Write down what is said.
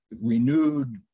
renewed